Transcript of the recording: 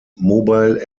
mobile